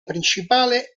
principale